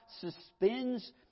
suspends